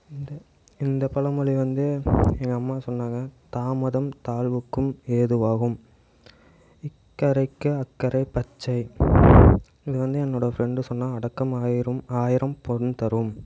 இந்த இந்த பழமொழி வந்து எங்கள் அம்மா சொன்னாங்க தாமதம் தாழ்வுக்கும் ஏதுவாகும் இக்கரைக்கு அக்கரை பச்சை இது வந்து என்னோடய ஃப்ரெண்டு சொன்னான் அடக்கம் ஆயிரும் ஆயிரம் பொன் தரும்